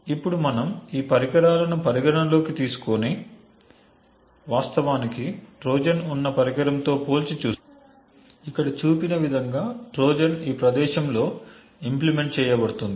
ఇప్పుడు మనము ఈ పరికరాలను పరిగణనలోకి తీసుకొని వాస్తవానికి ట్రోజన్ ఉన్న పరికరంతో పోల్చి చూస్తే ఇక్కడ చూపిన విధంగా ట్రోజన్ ఈ ప్రదేశంలో ఇంప్లీమెంట్ చేయబడుతుంది